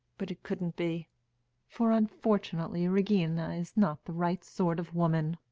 but it couldn't be for unfortunately regina is not the right sort of woman.